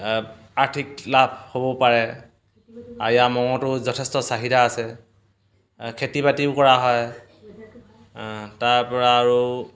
আৰ্থিক লাভ হ'ব পাৰে আৰু ইয়াৰ মঙহটো যথেষ্ট চাহিদা আছে খেতি বাতিও কৰা হয় তাৰপৰা আৰু